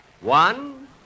One